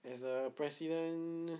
as a president